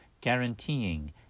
guaranteeing